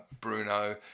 Bruno